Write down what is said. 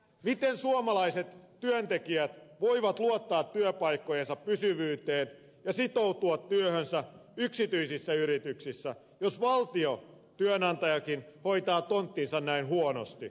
miten suomalaiset työntekijät voivat luottaa työpaikkojensa pysyvyyteen ja sitoutua työhönsä yksityisissä yrityksissä jos valtiotyönantajakin hoitaa tonttinsa näin huonosti